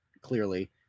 clearly